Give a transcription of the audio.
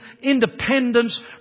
independence